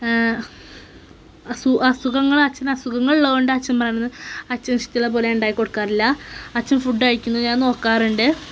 അസുഖങ്ങൾ അച്ഛന് അസുഖങ്ങളുള്ളതുകൊണ്ട് അച്ഛൻ പറയുന്ന അച്ഛനിഷ്ടമുള്ള പോലെ ഞാൻ ഉണ്ടാക്കി കൊടുക്കാറില്ല അച്ഛൻ ഫുഡ്ഡ് കഴിക്കുന്നത് ഞാൻ നോക്കാറുണ്ട്